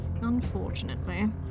Unfortunately